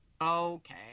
Okay